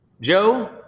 Joe